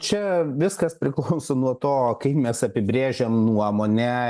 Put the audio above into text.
čia viskas priklauso nuo to kaip mes apibrėžiam nuomonę